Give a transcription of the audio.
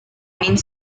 unint